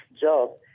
job